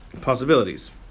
possibilities